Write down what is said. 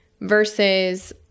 versus